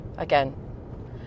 again